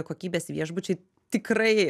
kokybės viešbučiai tikrai